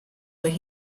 where